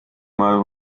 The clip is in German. mal